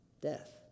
Death